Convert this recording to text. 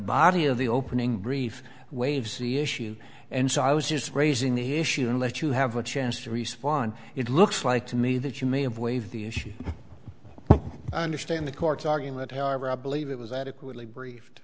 body of the opening brief waives the issue and so i was just raising the issue and let you have a chance to respond it looks like to me that you may have waived the issue i understand the court's argument however i believe it was adequately br